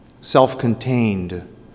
self-contained